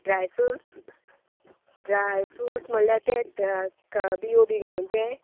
dry fruits dry fruits म्हणल्यार तेत बियो बी घालून तें